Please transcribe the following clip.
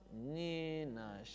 nina